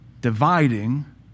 dividing